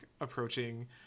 approaching